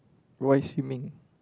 why swimming